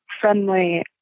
friendly